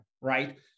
right